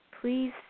please